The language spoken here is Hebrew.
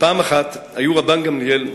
היו רבן גמליאל,